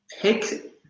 pick